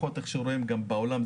לפחות כפי שרואים גם בעולם,